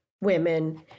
women